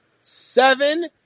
seven